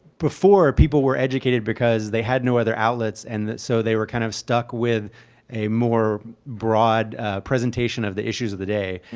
before people were educated because they had no other outlets and so they were kind of stuck with a more broad presentation of the issues of the day,